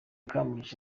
kamugisha